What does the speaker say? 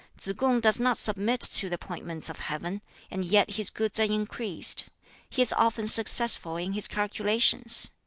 tsz-kung does not submit to the appointments of heaven and yet his goods are increased he is often successful in his calculations.